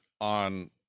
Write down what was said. on